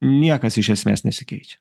niekas iš esmės nesikeičia